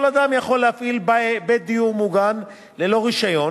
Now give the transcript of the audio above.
כל אדם יכול להפעיל בית דיור מוגן, ללא רשיון,